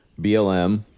BLM